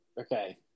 okay